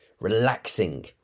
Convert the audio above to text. relaxing